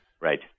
Right